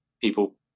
people